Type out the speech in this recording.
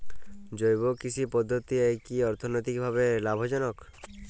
জৈব কৃষি পদ্ধতি কি অর্থনৈতিকভাবে লাভজনক?